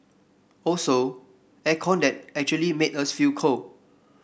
also air con that actually made us feel cold